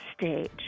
stage